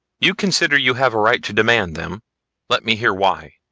you consider you have a right to demand them let me hear why.